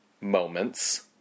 moments